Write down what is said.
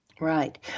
Right